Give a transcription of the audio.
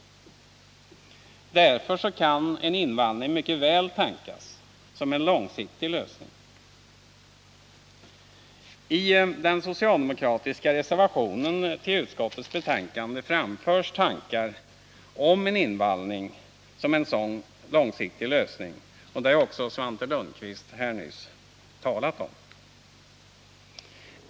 Därför kan en invallning mycket väl tänkas som en långsiktig lösning. I den socialdemokratiska reservationen till utskottets betänkande framförs tankar om en invallning som en sådan långsiktig lösning, och det har Svante Lundkvist nyss talat om.